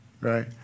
Right